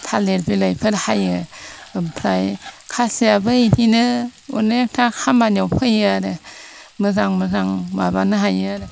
थालिर बिलाइफोर हायो ओमफ्राय खासियाबो बिदिनो अनेकथा खामानियाव होयो आरो मोजां मोजां माबानो हायो आरो